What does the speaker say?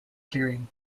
clearing